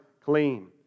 clean